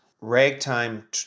ragtime